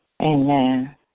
Amen